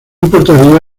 importaría